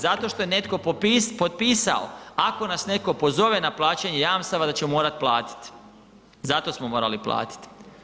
Zato što je netko potpisao ako nas netko pozove na plaćanje jamstava da ćemo morati platiti, zato smo morali platiti.